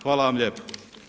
Hvala vam lijepo.